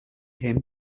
him